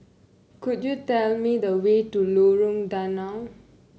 could you tell me the way to Lorong Danau